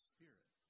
Spirit